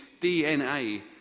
DNA